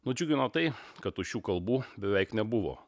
nudžiugino tai kad tuščių kalbų beveik nebuvo